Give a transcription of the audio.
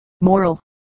moral